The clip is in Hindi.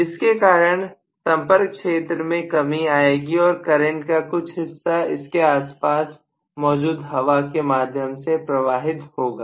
जिसके कारण संपर्क क्षेत्र में कमी आएगी और करंट का कुछ हिस्सा इसके आसपास मौजूद हवा के माध्यम से प्रवाहित होगा